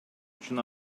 үчүн